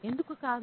ఎందుకు కాదు